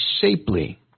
shapely